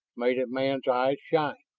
made a man's eyes shine,